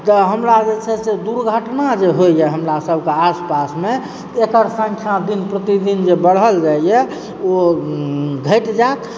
तऽ हमरा जे छै से दुर्घटना जे होइए हमरा सभक आसपासमे एकर सङ्ख्या दिन प्रतिदिन जे बढ़ल जाइए ओ घटि जाइत